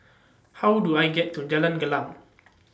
How Do I get to Jalan Gelam